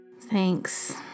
Thanks